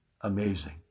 Amazing